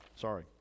sorry